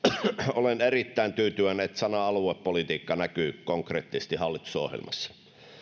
olen erittäin tyytyväinen että sana aluepolitiikka näkyy konkreettisesti hallitusohjelmassa